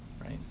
right